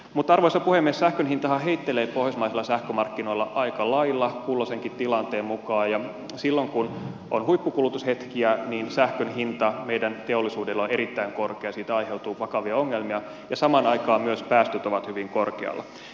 mutta arvoisa puhemies sähkön hintahan heittelee pohjoismaisilla sähkömarkkinoilla aika lailla kulloisenkin tilanteen mukaan ja silloin kun on huippukulutushetkiä niin sähkön hinta meidän teollisuudella on erittäin korkea siitä aiheutuu vakavia ongelmia ja samaan aikaan myös päästöt ovat hyvin korkealla